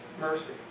mercy